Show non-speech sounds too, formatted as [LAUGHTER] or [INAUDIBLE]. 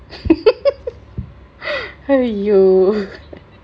[LAUGHS] !aiyo!